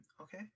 okay